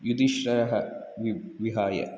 युधिष्ठिरः वि विहाय